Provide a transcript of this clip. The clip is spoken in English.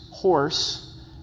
horse